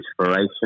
inspiration